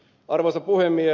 arvoisa puhemies